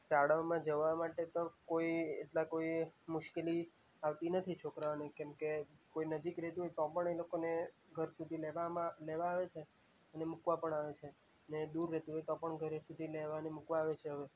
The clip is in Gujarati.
શાળાઓમાં જવા માટે તો કોઈ એટલી કોઈ મુશ્કેલી આવતી નથી છોકરાંઓને કેમકે કોઈ નજીક રહેતું હોય તો પણ એ લોકોને ઘર સુધી લેવામાં લેવા આવે છે અને મૂકવા પણ આવે છે ને દૂર રહેતું હોય તો પણ ઘર સુધી લેવા અને મૂકવા આવે છે હવે